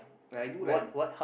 I do like